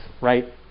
right